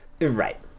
Right